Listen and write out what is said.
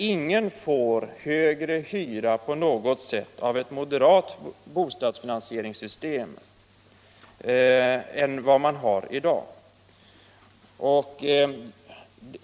Ingen får på något sätt genom ett moderat bostadsfinansieringssystem högre hyra än vad man har i dag.